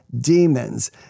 demons